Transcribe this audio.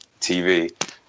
TV